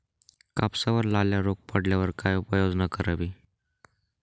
कापसावर लाल्या रोग पडल्यावर काय उपाययोजना करावी?